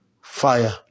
fire